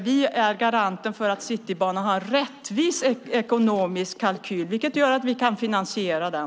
Vi är garanten för att Citybanan har en rättvis ekonomisk kalkyl, vilket innebär att vi kan finansiera den.